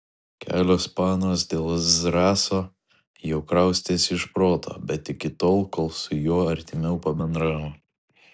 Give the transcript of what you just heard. kelios panos dėl zrazo jau kraustėsi iš proto bet iki tol kol su juo artimiau pabendravo